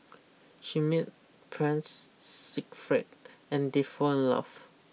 she meet Prince Siegfried and they fall in love